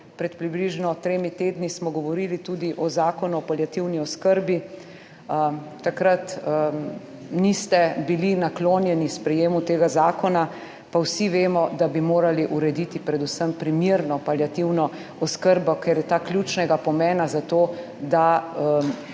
Pred približno tremi tedni smo govorili tudi o Zakonu o paliativni oskrbi. Takrat niste bili naklonjeni sprejemu tega zakona, pa vsi vemo, da bi morali urediti predvsem primerno paliativno oskrbo, ker je ta ključnega pomena za to, da